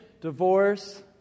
Divorce